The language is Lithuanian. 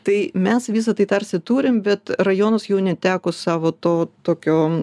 tai mes visa tai tarsi turim bet rajonas jau neteko savo to tokio